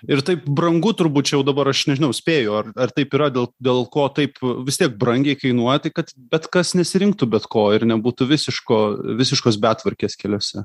ir taip brangu turbūt čia jau dabar aš nežinau spėju ar ar taip yra dėl dėl ko taip vis tiek brangiai kainuoja tai kad bet kas nesirinktų bet ko ir nebūtų visiško visiškos betvarkės keliuose